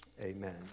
Amen